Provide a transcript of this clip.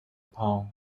poem